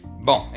Bon